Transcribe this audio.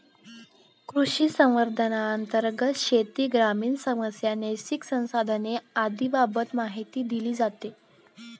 कृषिसंवादांतर्गत शेती, ग्रामीण समस्या, नैसर्गिक संसाधने आदींबाबत माहिती दिली जाते